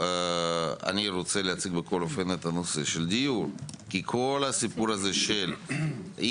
אני רוצה להציג את נושא הדיור כי כל הסיפור הזה של אי